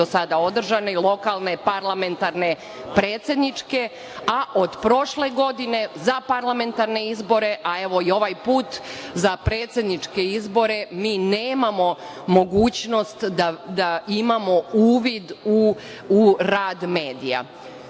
do sada održani, lokalne, parlamentarne, predsedničke, a od prošle godine za parlamentarne izbore, a evo i ovaj put za predsedničke izbore mi nemamo mogućnost da imamo uvid u rad medija.